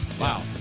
Wow